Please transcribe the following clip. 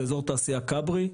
זה אזור תעשייה כברי,